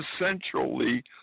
essentially